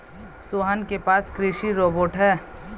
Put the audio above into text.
सोहन के पास कृषि रोबोट है